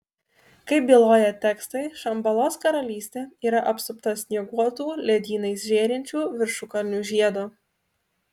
kaip byloja tekstai šambalos karalystė yra apsupta snieguotų ledynais žėrinčių viršukalnių žiedo